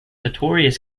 notorious